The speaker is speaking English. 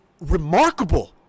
remarkable